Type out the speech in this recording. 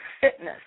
fitness